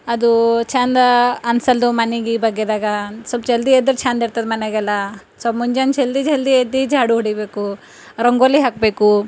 ಅದು ಚೆಂದ ಅನ್ಸಲ್ದು ಮನೆಗೆ ಈ ಬಗ್ಗೆದಾಗ ಸ್ವಲ್ಪ ಜಲ್ದಿ ಎದ್ರೆ ಚೆಂದಿರ್ತದ ಮನ್ಯಾಗೆಲ್ಲ ಸ್ವಲ್ಪ ಮುಂಜಾನೆ ಜಲ್ದಿ ಜಲ್ದಿ ಎದ್ದು ಝಾಡು ಹೊಡಿಬೇಕು ರಂಗೋಲಿ ಹಾಕಬೇಕು